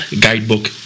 guidebook